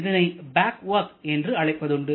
இதனை back work என்றும் அழைப்பதுண்டு